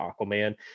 Aquaman